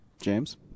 James